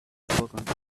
computer